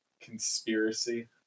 Conspiracy